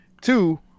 Two